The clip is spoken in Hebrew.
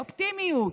אופטימיות.